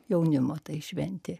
jaunimo tai šventė